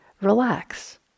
relax